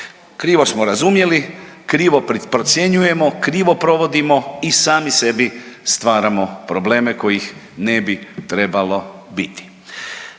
Krivo smo razumjeli, krivo procjenjujemo, krivo provodimo i sami sebi stvaramo probleme kojih ne bi trebalo biti.